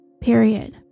period